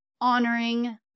Honoring